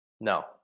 no